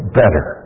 better